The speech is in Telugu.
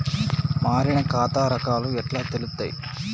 మారిన ఖాతా రకాలు ఎట్లా తెలుత్తది?